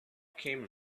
came